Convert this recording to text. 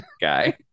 guy